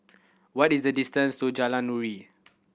what is the distance to Jalan Nuri